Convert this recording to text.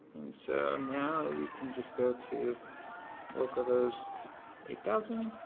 so now we can just go to local host eight thousand.